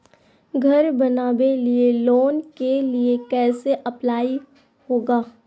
घर बनावे लिय लोन के लिए कैसे अप्लाई होगा?